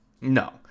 No